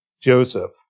Joseph